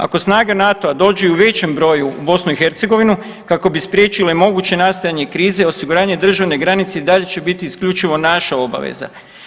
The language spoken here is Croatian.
Ako snage NATO-a dođu i u većem broju u BiH kako bi spriječile moguće nastajanje krize osiguranje državne granice i dalje će biti isključivo naša obaveza.